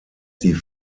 die